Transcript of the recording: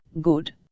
good